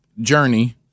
journey